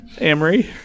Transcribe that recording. Amory